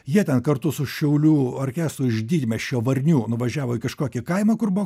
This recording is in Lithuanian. jie ten kartu su šiaulių orkestru iš didmiesčio varnių nuvažiavo į kažkokį kaimą kur buvo